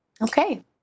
Okay